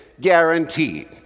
guaranteed